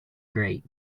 grate